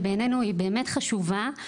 ובעינינו היא באמת חשובה.